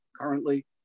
currently